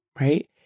right